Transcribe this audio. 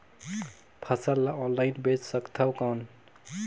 फसल ला ऑनलाइन बेचे सकथव कौन?